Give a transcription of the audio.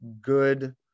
good